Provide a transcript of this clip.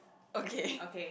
okay